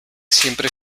siempre